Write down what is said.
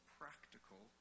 practical